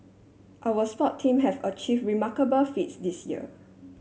our sport teams have achieve remarkable feats this year